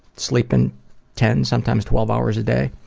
sleeping ten, sometimes twelve hours a day,